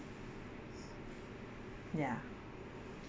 ya